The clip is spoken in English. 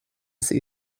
see